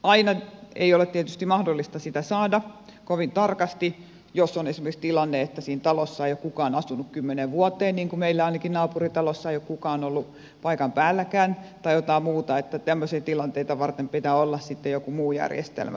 aina ei ole tietysti mahdollista sitä saada kovin tarkasti jos on esimerkiksi tilanne että siinä talossa ei ole kukaan asunut kymmeneen vuoteen niin kuin ainakaan meidän naapuritalossa ei ole kukaan ollut paikan päälläkään tai jotain muuta niin että tämmöisiä tilanteita varten pitää olla sitten joku muu järjestelmä joka tapauksessa